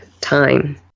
time